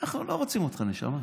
אנחנו לא רוצים אותך, נשמה.